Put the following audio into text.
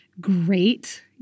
great